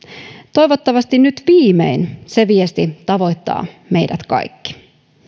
toivottavasti nyt viimein se viesti tavoittaa meidät kaikki